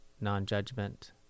non-judgment